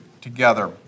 together